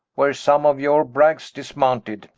were some of your bragges dismounted